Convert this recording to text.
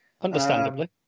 Understandably